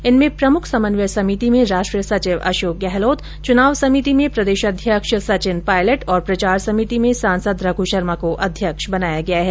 इनमें प्रमुख समन्वय समिति में राष्ट्रीय सचिव अशोक गहलोत चुनाव समिति में प्रदेशाध्यक्ष सचिन पायलट और प्रचार समिति में सांसद रघु शर्मा को अध्यक्ष बनाया गया है